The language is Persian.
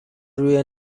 روی